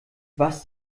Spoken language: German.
was